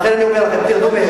לכן אני אומר שתרדו מהם.